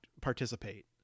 participate